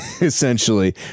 essentially